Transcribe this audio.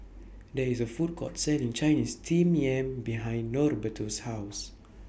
There IS A Food Court Selling Chinese Steamed Yam behind Norberto's House